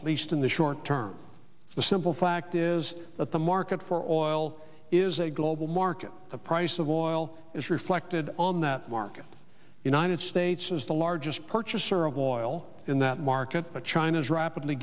at least in the short term the simple fact is that the market for oil is a global market the price of oil is reflected on that market united states as the largest purchaser of oil in that market but china's rapidly